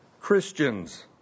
Christians